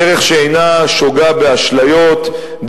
דרך שאינה שוגה באשליות,